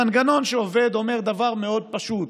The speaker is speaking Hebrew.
המנגנון שעובד אומר דבר מאוד פשוט: